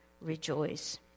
rejoice